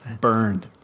Burned